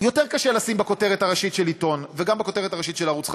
יותר קשה לשים בכותרת הראשית של עיתון וגם בכותרת הראשית של ערוץ חדשות.